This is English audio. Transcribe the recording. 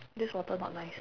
this water not nice